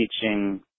teaching